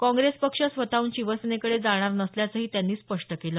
काँग्रेस पक्ष स्वतहून शिवसेनेकडे जाणार नसल्याचंही त्यांनी स्पष्ट केलं